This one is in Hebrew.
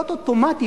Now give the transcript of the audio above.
להיות אוטומטי,